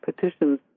petitions